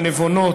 הנבונות,